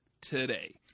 today